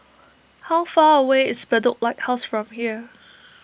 how far away is Bedok Lighthouse from here